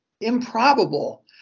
improbable